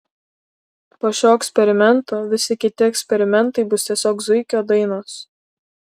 po šio eksperimento visi kiti eksperimentai bus tiesiog zuikio dainos